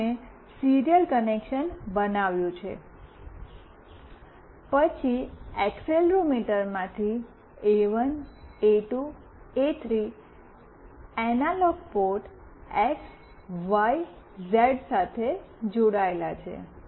અમે serial connection બનાવ્યું છે પછી એક્સેલરોમીટરમાંથી એ1 એ2 એ3 analog port X Y Z સાથે જોડાયેલા છે